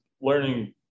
learning